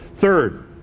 Third